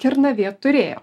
kernavė turėjo